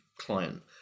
client